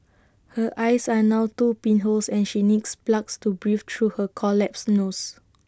her eyes are now two pinholes and she needs plugs to breathe through her collapsed nose